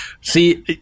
See